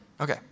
Okay